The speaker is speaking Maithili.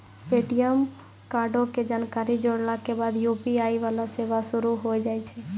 ए.टी.एम कार्डो के जानकारी जोड़ला के बाद यू.पी.आई वाला सेवा शुरू होय जाय छै